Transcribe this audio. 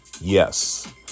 Yes